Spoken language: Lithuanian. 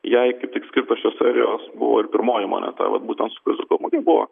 jai kaip tik skirtos šios serijos buvo ir pirmoji moneta vat būtent su kaziuko muge buvo